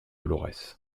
dolorès